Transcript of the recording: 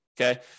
Okay